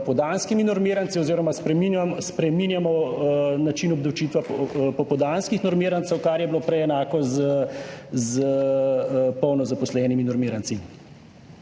popoldanskimi normiranci oziroma spreminjam, spreminjamo način obdavčitve popoldanskih normirancev, kar je bilo prej enako z polno zaposlenimi normiranci.